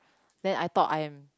then I thought I am